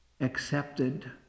accepted